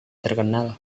terkenal